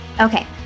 okay